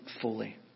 fully